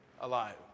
alive